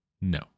no